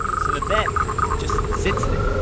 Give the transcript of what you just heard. so the bet just sits there.